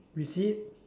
is it